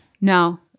no